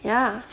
ya